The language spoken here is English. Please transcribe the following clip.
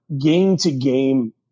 game-to-game